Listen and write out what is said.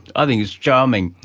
ah think it's charming.